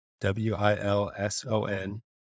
W-I-L-S-O-N